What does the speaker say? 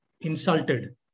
insulted